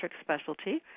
specialty